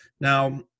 Now